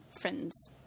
friends